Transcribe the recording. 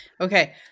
Okay